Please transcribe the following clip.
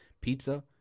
pizza